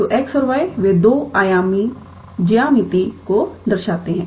तो x और y वे दो आयामी ज्यामिति को दर्शाते हैं